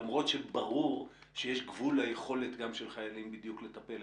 למרות שברור שיש גבול ליכולת גם של חיילים בדיוק לטפל.